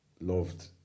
loved